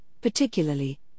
particularly